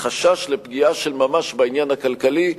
בחשש לפגיעה של ממש בעניין הכלכלי.